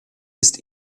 ist